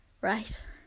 right